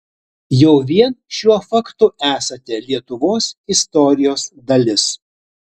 jau vien šiuo faktu esate lietuvos istorijos dalis